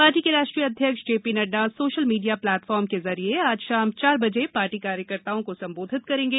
party के राष्ट्रीय अध्यक्ष जेपी नड्डा सोशल मीडिया प्लेटफॉर्मों के ज़रिये आज शाम चार बजे पार्टी कार्यकर्ताओं को संबोधित करेंगे